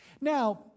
Now